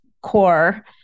core